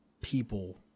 people